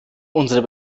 unsere